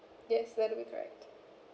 yes that would be correct